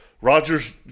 Roger's